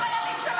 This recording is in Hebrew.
זו דעתי במאה אחוז.